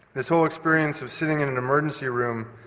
this whole experience of sitting in an emergency room,